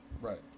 Right